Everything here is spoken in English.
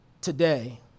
today